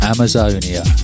Amazonia